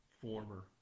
former